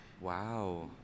wow